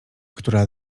która